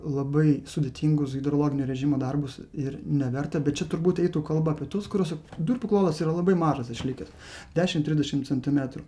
labai sudėtingus hidrologinio režimo darbus ir neverta bet čia turbūt eitų kalba apie tuos kuriuose durpių klodas yra labai mažas išlikęs dešim trisdešim centimetrų